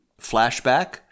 flashback